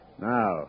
Now